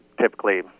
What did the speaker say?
typically